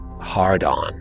hard-on